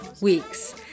weeks